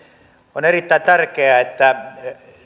on erittäin tärkeää että